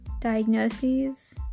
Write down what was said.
Diagnoses